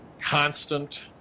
constant